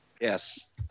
Yes